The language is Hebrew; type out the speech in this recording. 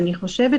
אני חושבת,